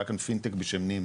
היה כאן "פינ-טק" בשם נימה.